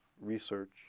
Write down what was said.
research